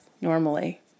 normally